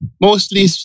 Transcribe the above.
mostly